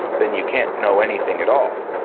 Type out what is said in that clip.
then you can't know anything at all.